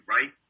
right